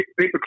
Paperclip